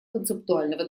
концептуального